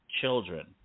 children